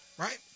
Right